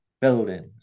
buildings